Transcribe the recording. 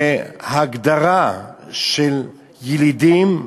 ההגדרה של ילידים,